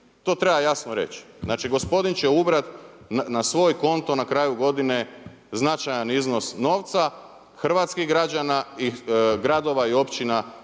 To treba jasno reći. Znači, gospodin će ubrati na svoj konto na kraju godine značajan iznos novca hrvatskih građana i gradova i općina